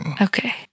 Okay